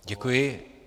Děkuji.